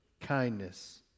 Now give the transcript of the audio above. kindness